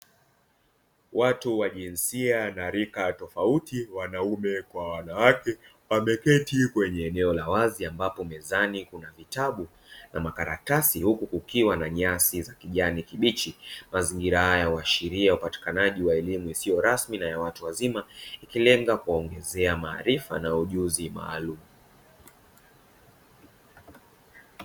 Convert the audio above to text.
Watu wa jinsia na rika tofauti wanaume kwa wanawake wameketi kwenye eneo la wazi ambapo mezani kuna vitabu na makaratasi huku kukiwa na nyasi za kijani kibichi. Mazingira haya huashiria upatikanaji wa elimu isiyo rasmi na ya watu wazima ikilenga kuwaongezea maarifa na ujuzi maalumu.